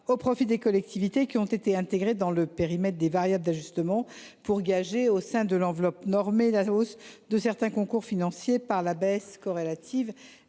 au profit des collectivités qui ont été intégrées dans le périmètre des variables d’ajustement pour gager, au sein de l’enveloppe normée, la hausse de certains concours financiers par la baisse corrélative